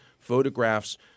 Photographs